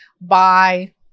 bye